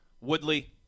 Woodley